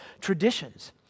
traditions